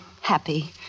happy